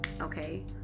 Okay